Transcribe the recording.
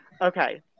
Okay